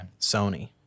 Sony